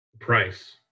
price